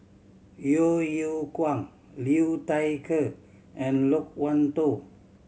Yeo Yeow Kwang Liu Thai Ker and Loke Wan Tho